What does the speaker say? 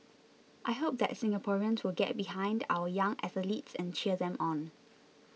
I hope that Singaporeans will get behind our young athletes and cheer them on